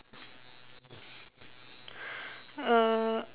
uh